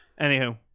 Anywho